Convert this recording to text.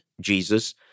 Jesus